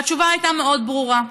והתשובה הייתה מאוד ברורה: